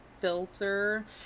filter